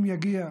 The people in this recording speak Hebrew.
אם יגיע,